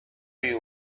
you